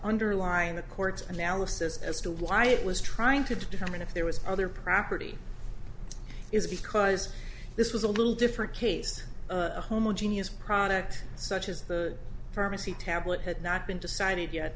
underlying the court's analysis as to why it was trying to determine if there was other property it is because this was a little different case a homogeneous product such as the pharmacy tablet had not been decided yet